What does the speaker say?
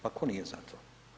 Pa tko nije za to?